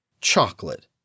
Chocolate